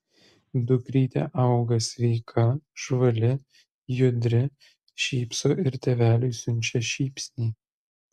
dukrytė auga sveika žvali judri šypso ir tėveliui siunčia šypsnį